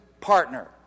partner